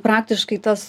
praktiškai tas